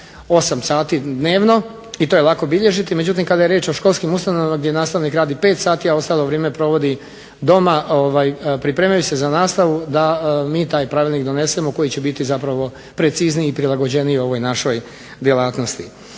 8 sati dnevno i to je lako bilježiti. Međutim kada je riječ o školskim ustanovama gdje nastavnik radi 5 sati a ostalo vrijeme provodi doma pripremajući se za nastavu da mi taj pravilnik donesemo koji će biti zapravo precizniji i prilagođeniji ovoj našoj djelatnosti.